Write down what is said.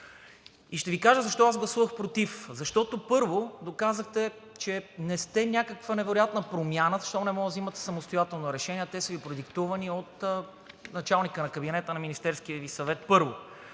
Ще Ви кажа защо аз гласувах против. Защото, първо, доказахте, че не сте някаква невероятна промяна, щом не можете да взимате самостоятелно решения, а те са Ви продиктувани от началника на кабинета на Министерския Ви съвет. Второ,